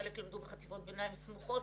חלק למדו בחטיבות ביניים סמוכות.